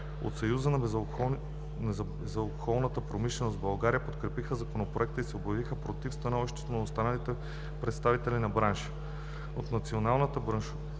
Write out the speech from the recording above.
От Съюза на безалкохолната промишленост в България подкрепиха Законопроекта и се обявиха против становището на останалите представители на бранша. От Националния браншови